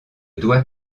dois